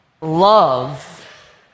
love